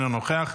אינו נוכח,